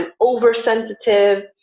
oversensitive